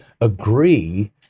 agree